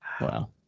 Wow